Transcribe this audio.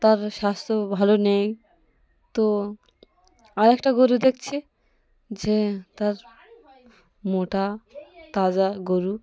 তার স্বাস্থ্য ভালো নেই তো আরেকটা গরুর দেখছি যে তার মোটা তাজা গরু